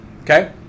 okay